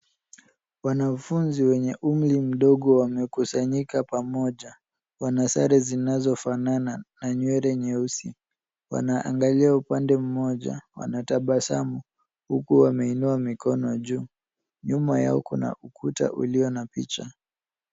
Wanafunzi wenye umri mdogo wamekusanyika pamoja. Wana sare zinazofanana na nywele nyeusi. Wanaangalia upande mmoja, wanatabasamu huku wameinua mikono juu. Nyuma yao kuna ukuta ulio na picha.